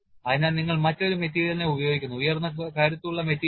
അതിനാൽ നിങ്ങൾ മറ്റൊരു മെറ്റീരിയൽ ഉപയോഗിക്കുന്നു ഉയർന്ന കരുത്ത് ഉള്ള മെറ്റീരിയൽ